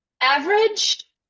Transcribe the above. Average